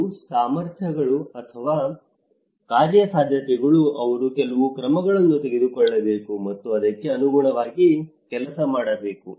ಅವರ ಸಾಮರ್ಥ್ಯಗಳು ಮತ್ತು ಕಾರ್ಯಸಾಧ್ಯತೆಗಳು ಅವರು ಕೆಲವು ಕ್ರಮಗಳನ್ನು ತೆಗೆದುಕೊಳ್ಳಬೇಕು ಮತ್ತು ಅದಕ್ಕೆ ಅನುಗುಣವಾಗಿ ಕೆಲಸ ಮಾಡಬೇಕು